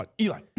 Eli